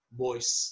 boys